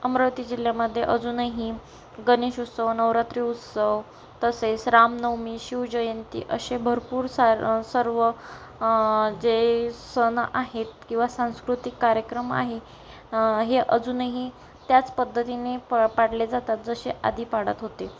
अमरावती जिल्ह्यामध्ये अजूनही गणेश उत्सव नवरात्री उत्सव तसेच रामनवमी शिवजयंती असे भरपूर सार सर्व जे सण आहेत किंवा सांस्कृतिक कार्यक्रम आहे हे अजूनही त्याच पद्धतीने पा पार पाडले जातात जसे आधी पाडत होते